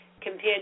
compared